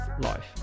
life